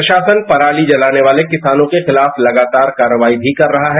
प्रशासन पराली जलाने वाले किसानों के खिलाफ लगातार कार्रवाई भी कर रहा है